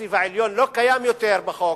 והנציב העליון לא קיים יותר בחוק,